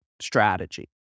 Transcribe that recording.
strategy